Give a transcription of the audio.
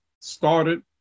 started